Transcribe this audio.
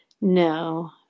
No